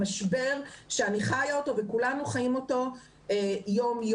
משבר שאני חיה אותו וכולנו חיים אותו יום-יום.